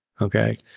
Okay